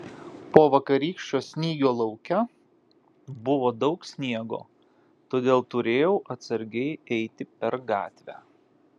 po vakarykščio snygio lauke buvo daug sniego todėl turėjau atsargiai eiti per gatvę